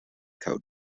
code